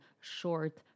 short